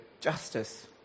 justice